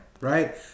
right